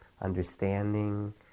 understanding